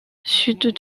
sud